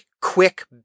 quick